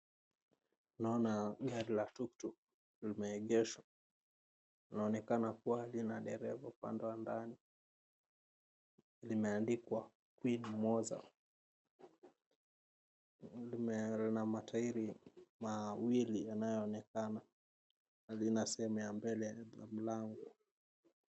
Naona gari la tukutuku linaendeshwa inaonekana kuwa na dereva upande wa ndani , limeandikwa ina matairi mawili ambayo inaonekana na zina sehemu ya mbele ya mlango.